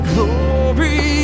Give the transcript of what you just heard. Glory